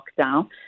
lockdown